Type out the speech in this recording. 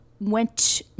went